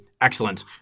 excellent